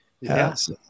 yes